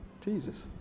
Jesus